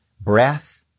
Breath